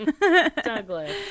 Douglas